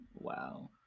wow